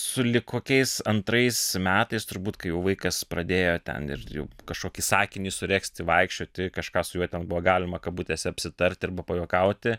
sulig kokiais antrais metais turbūt kai jau vaikas pradėjo ten ir jau kažkokį sakinį suregzti vaikščioti kažką su juo ten buvo galima kabutėse apsitarti arba pajuokauti